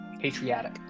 Patriotic